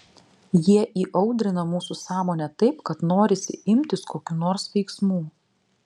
jie įaudrina mūsų sąmonę taip kad norisi imtis kokių nors veiksmų